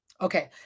Okay